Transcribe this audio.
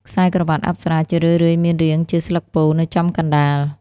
ខ្សែក្រវាត់អប្សរាជារឿយៗមានរាងជាស្លឹកពោធិ៍នៅចំកណ្តាល។